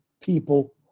people